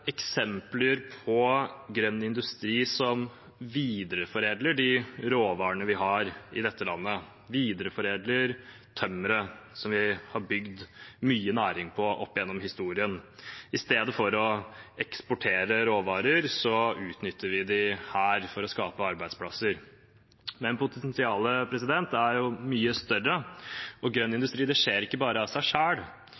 eksempler på grønn industri som videreforedler de råvarene vi har i dette landet, videreforedler tømmeret som vi har bygd mye næring på opp gjennom historien. I stedet for å eksportere råvarer, utnytter vi dem her, for å skape arbeidsplasser. Potensialet er mye større, men grønn